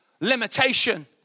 limitation